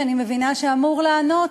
שאני מבינה שאמור לעלות: